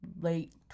late